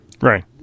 Right